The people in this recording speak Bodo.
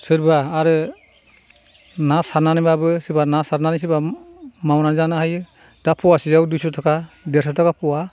सोरबा आरो ना सारनानैबाबो सोरबा ना सारनानै सोरबा मावनानै जानो हायो दा पवासेयाव दुइस' थाका देरस' थाका पवा